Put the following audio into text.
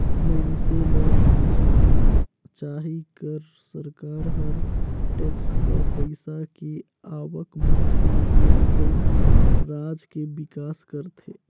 मइनसे ल समझना चाही कर सरकार हर टेक्स कर पइसा के आवक म ही देस अउ राज के बिकास करथे